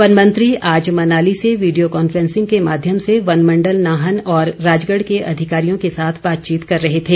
one मंत्री आज मनाली से वीडियो कॉन्फ्रेंसिंग के माध्यम से वन मंडल नाहन और राजगढ़ के अधिकारियों के साथ बाचतीत कर रहे थे